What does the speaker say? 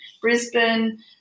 Brisbane